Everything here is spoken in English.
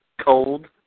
Cold